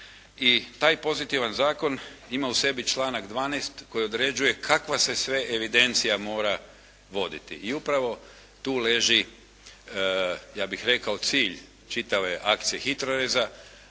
taj pozitivan zakon ima u sebi članak 12. koji određuje kakva se sve evidencija mora voditi. I upravo tu leži ja bih rekao cilj čitave akcije HITROReza